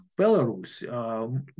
Belarus